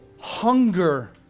hunger